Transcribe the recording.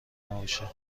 نباشه